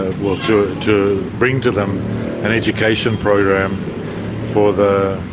well, to bring to them an education program for the